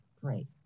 great